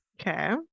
okay